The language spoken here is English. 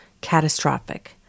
catastrophic